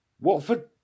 Watford